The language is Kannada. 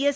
ಎಸ್